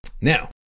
Now